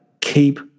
keep